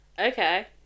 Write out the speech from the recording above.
Okay